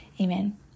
Amen